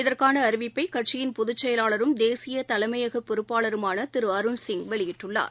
இதற்கானஅறிவிப்பைகட்சியின் பொகுச் செயலாளரும் தேசியதலைமையகபொறுப்பாளருமானதிருஅருண்சிங் வெளியிட்டுள்ளார்